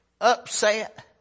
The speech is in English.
upset